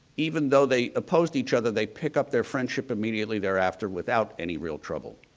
even though they opposed each other, they pick up their friendship immediately thereafter without any real trouble.